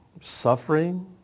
suffering